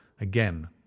Again